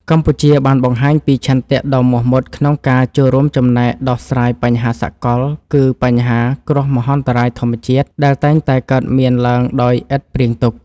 កម្ពុជាបានបង្ហាញពីឆន្ទៈដ៏មោះមុតក្នុងការចូលរួមចំណែកដោះស្រាយបញ្ហាសកល គឺបញ្ហាគ្រោះមហន្តរាយធម្មជាតិដែលតែងតែកើតមានឡើងដោយឥតព្រៀងទុក។